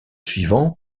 suivant